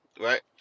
right